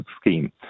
scheme